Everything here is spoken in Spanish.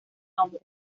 nombre